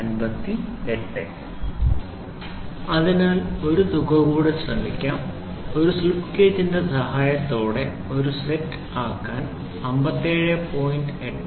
000 അതിനാൽ ഒരു തുക കൂടി ശ്രമിക്കാം ഒരു സ്ലിപ്പ് ഗേജിന്റെ സഹായത്തോടെ ഒരു സെറ്റ് ആകാൻ 57